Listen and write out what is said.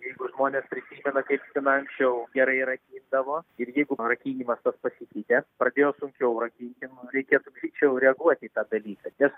jeigu žmonės prisimena kaip spyna anksčiau gerai rakindavo ir jeigu rakinimas tas pasikeitė pradėjo sunkiau rakinti reikėtų greičiau reaguoti į tą dalyką nes